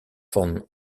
van